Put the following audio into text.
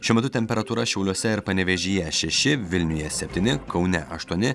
šiuo metu temperatūra šiauliuose ir panevėžyje šeši vilniuje septyni kaune aštuoni